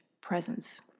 presence